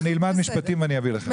טוב, אני אלמד משפטים ואני אביא לכם.